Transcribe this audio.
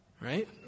Right